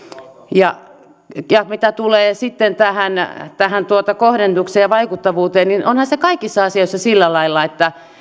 ja ja mitä tulee sitten tähän kohdennukseen ja vaikuttavuuteen niin onhan se kaikissa asioissa sillä lailla